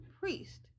priest